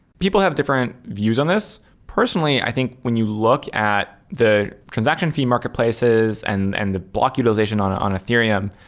people have different views on this. personally, i think when you look at the transaction fee marketplaces and and the block utilization on on ethereum,